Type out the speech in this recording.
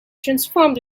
transformed